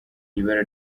ibara